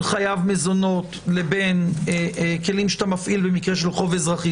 חייב מזונות לבין כלים שאתה מפעיל במקרה של חוב אזרחי.